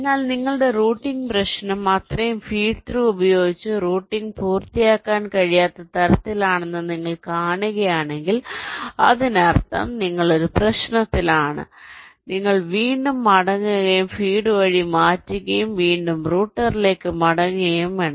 എന്നാൽ നിങ്ങളുടെ റൂട്ടിംഗ് പ്രശ്നം അത്രയും ഫീഡ് ത്രൂ ഉപയോഗിച്ച് റൂട്ടിംഗ് പൂർത്തിയാക്കാൻ കഴിയാത്ത തരത്തിലാണെന്ന് നിങ്ങൾ കാണുകയാണെങ്കിൽ അതിനർത്ഥം നിങ്ങൾ ഒരു പ്രശ്നത്തിലാണ് നിങ്ങൾ വീണ്ടും മടങ്ങുകയും ഫീഡ് വഴി മാറ്റുകയും വീണ്ടും റൂട്ടിംഗിലേക്ക് മടങ്ങുകയും വേണം